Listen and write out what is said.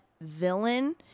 villain